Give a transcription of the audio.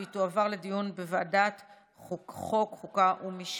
והיא תועבר לדיון בוועדת החוקה, חוק ומשפט.